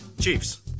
chiefs